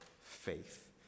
faith